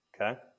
Okay